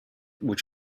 which